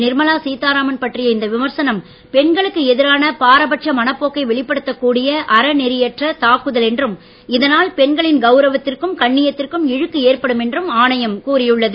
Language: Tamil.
நிர்மலா சீத்தாராமன் பற்றிய இந்த விமர்சனம் பெண்களுக்கு எதிரான பாரபட்ச மனப்போக்கை வெளிப்படுத்தக் கூடிய அறநெறியற்ற தாக்குதல் என்றும் இதனால் பெண்களின் கவுரவத்திற்கும் கண்ணியத்திற்கும் இழுக்கு ஏற்படும் என்றும் ஆணையம் கூறியுள்ளது